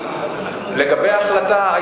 לגבי ההחלטה,